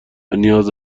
نیاز